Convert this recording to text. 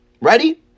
Ready